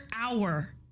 hour